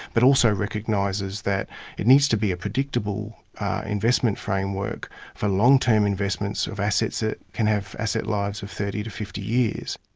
but also recognises that it needs to be a predictable investment framework for long-term investments of assets that can have asset lives of thirty to fifty years.